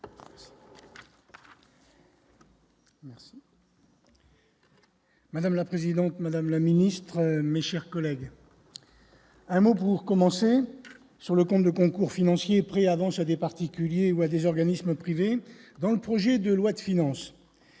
finances. Madame la présidente, madame la ministre, mes chers collègues, un mot pour commencer sur le compte de concours financiers près à des particuliers ou à des organismes privés dans le projet de loi de finances